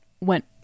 went